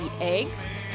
eggs